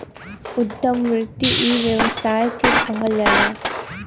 उद्यम वृत्ति इ व्यवसाय के कहल जाला